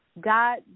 God